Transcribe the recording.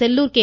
Sellur K